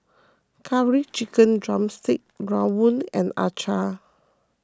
Curry Chicken Drumstick Rawon and Acar